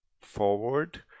forward